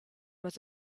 was